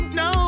no